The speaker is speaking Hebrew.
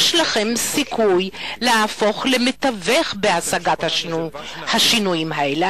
יש לכם סיכוי להפוך למתווך בהשגת השינויים האלה.